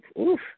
oof